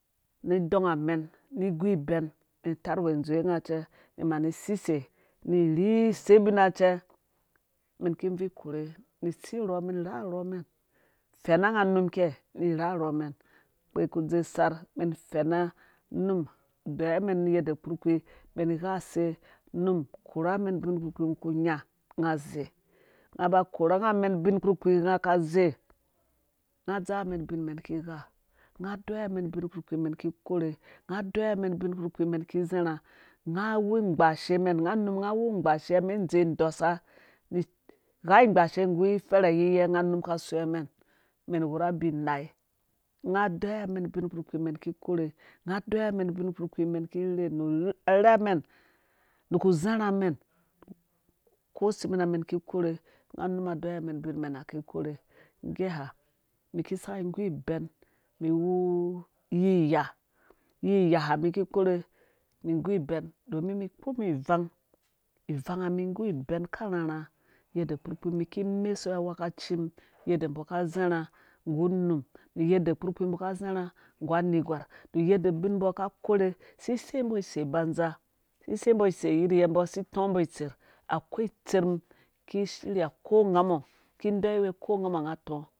Ni dɔng amen ni igu ibɛn tarh uwɛ dzowe nga cɛ ni mani sisei ni rhii sebina cɛ men ki vii korhe n tsi rho mɛn ni rharhɔ mɛn fena nga num kei ni rharhɔ men kpeku dze sarh mɛn fɛna num deyiwa mɛn yadda kpukpii mɛn gha se num korha mɛn yadda kpukpi ngo ku nya nga zei nga ba korha nga mɛn ubin kpurkpii nga kazei nga dzaa mɛn ubin mɛn ki gha nga deyiwa men ubin kpukpii men ki korhe nga deyiwa mɛn ubin kpukpii mɛn ki zharha nga awu gbashe mɛn nga nun nga num nga wu gbashia men dzee dɔsa ni gha gbashe nggu ferha yiyɛ nga num ka soiya mɛn mɛn wurha abi unai nga deyiwa mɛn ubin kpurkpii mɛn ki korhe nga dyiwa mɛn ubin mɛnha ki korhe ngge ha mi ki saki gu iben mi gu ibem domin mi kpomi ivang ivanga mi igu iben ka rharha yadda kpurkpii mi ki mesuwe awekaci mum yadda mbɔ kazharha nggu anerhgwar nu yadda ubin mbɔ idei yiye mbɔ si tɔɔ mbɔ itserh akwai itserh ki shirya ko ngamɔ ki deyiwa ko ngamɔ nga atɔ